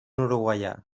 uruguaià